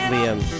Liam